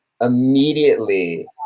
immediately